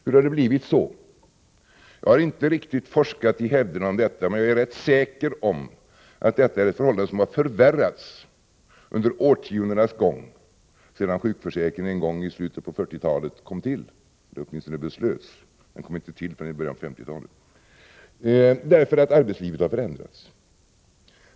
Hur har det blivit så? Jag har inte forskat i hävderna om detta, men jag är rätt säker om att detta är ett förhållande som har förvärrats under årtiondenas gång sedan sjukförsäkringen en gång i slutet av 1940-talet beslöts —- den kom till i början av 1950-talet. Det beror på att arbetslivet har förändrats.